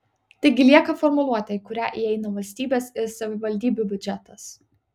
taigi lieka formuluotė į kurią įeina valstybės ir savivaldybių biudžetas